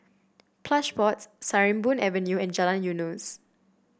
Plush Pods Sarimbun Avenue and Jalan Eunos